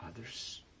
others